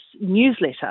newsletter